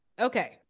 Okay